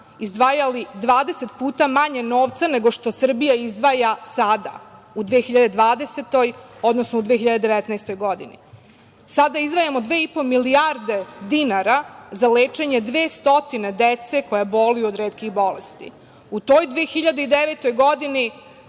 izdvajali 20 puta manje novca nego što Srbija izdvaja sada u 2020, odnosno u 2019. godini. Sada izdvajamo dve i po milijarde dinara za lečenje 200 dece koja boluju od retkih bolesti. U toj 2009. godini